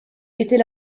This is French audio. était